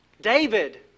David